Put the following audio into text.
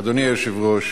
אדוני היושב-ראש,